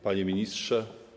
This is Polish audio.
Panie Ministrze!